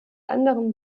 anderen